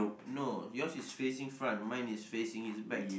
no yours is facing front mine is facing his back